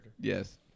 yes